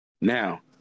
Now